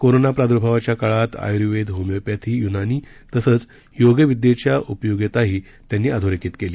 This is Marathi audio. कोरोना प्रादूर्भावाच्या काळात आर्युवेद होमिओपॅथी युनानी तसंच योगविद्येच्या उपयोगिताही त्यांनी अधोरेखित केली